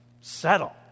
settle